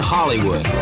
Hollywood